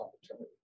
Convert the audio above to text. opportunity